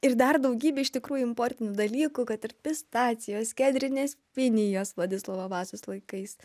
ir dar daugybė iš tikrųjų importinių dalykų kad ir pistacijos kedrinės pinijos vladislovo vazos laikais